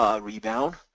rebound